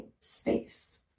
space